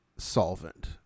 solvent